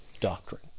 doctrine